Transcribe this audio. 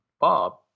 Bob